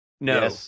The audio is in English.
no